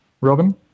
Robin